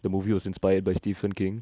the movie was inspired by stephen king